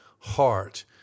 heart